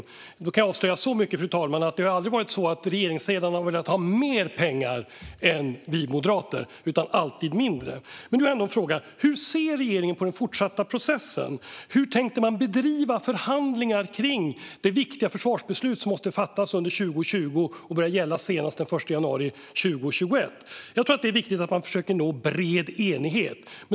Jag kan avslöja så mycket, fru talman, som att regeringssidan aldrig velat ha mer pengar än vi moderater utan alltid mindre. Min fråga är hur regeringen ser på den fortsatta processen. Hur tänker man bedriva förhandlingar om det viktiga försvarsbeslut som måste fattas under 2020 och börja gälla senast den 1 januari 2021? Jag tror att det är viktigt att man försöker nå bred enighet.